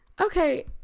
Okay